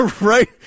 right